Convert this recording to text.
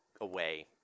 away